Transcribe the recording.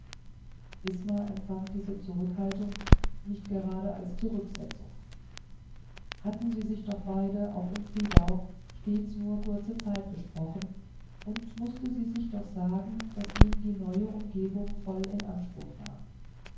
isma empfand diese zurückhaltung nicht gerade als zurücksetzung hatten sich doch beide auch in friedau stets nur kurze zeit gesprochen und mußte sie sich doch sagen daß ihn die neue umgebung voll in anspruch nahm